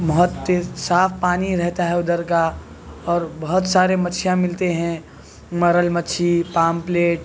بہت تیز صاف پانی رہتا ہے ادھر کا اور بہت سارے مچھلیاں ملتے ہیں مرل مچھلی پاپلیٹ